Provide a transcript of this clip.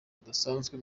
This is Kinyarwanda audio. rudasanzwe